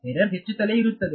error ಹೆಚ್ಚುತ್ತಲೇ ಇರುತ್ತದೆ